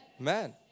Man